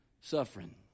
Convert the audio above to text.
suffering